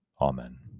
Amen